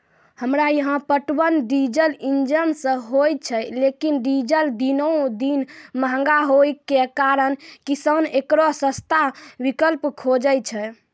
हमरा यहाँ पटवन डीजल इंजन से होय छैय लेकिन डीजल दिनों दिन महंगा होय के कारण किसान एकरो सस्ता विकल्प खोजे छैय?